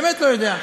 באמת לא יודע.